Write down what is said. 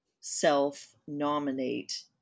self-nominate